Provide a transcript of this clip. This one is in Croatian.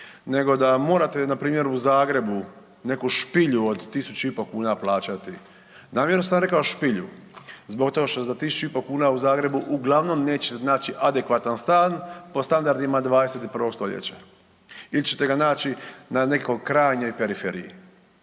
nego da morate npr. u Zagrebu neku špilju od 1.500 kuna plaćati. Namjerno sam rekao špilju zbog toga što za 1.500 kuna u Zagrebu uglavnom nećete naći adekvatan stan po standardima 21. stoljeća ili ćete ga naći na nekoj krajnjoj periferiji.